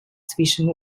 zwischen